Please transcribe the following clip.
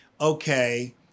okay